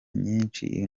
nyinshi